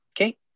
Okay